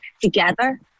together